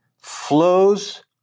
flows